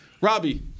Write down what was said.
Robbie